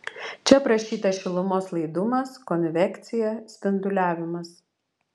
čia aprašytas šilumos laidumas konvekcija spinduliavimas